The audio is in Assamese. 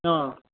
অঁ